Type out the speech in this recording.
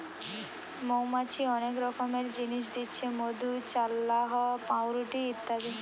মৌমাছি অনেক রকমের জিনিস দিচ্ছে মধু, চাল্লাহ, পাউরুটি ইত্যাদি